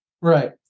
Right